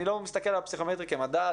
אני לא מסתכל על פסיכומטרי כמדד,